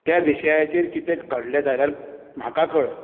त्या विशयाचेर कितें घडलें जाल्यार म्हाका कळय